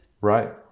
right